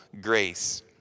grace